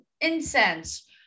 incense